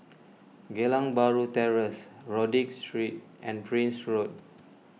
Geylang Bahru Terrace Rodyk Street and Prince Road